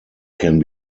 can